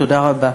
תודה רבה.